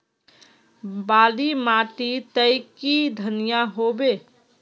बाली माटी तई की धनिया होबे?